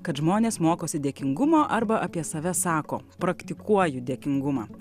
kad žmonės mokosi dėkingumo arba apie save sako praktikuoju dėkingumą